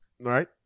right